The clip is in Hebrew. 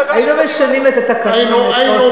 היינו משנים את התקנון לצורך העניין.